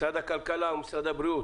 במשרד הכלכלה ובמשרד הבריאות